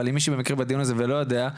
אבל אם מישהו במקרה בדיון הזה ולא יודע,